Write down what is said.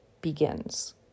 begins